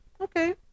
okay